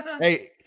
Hey